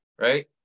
right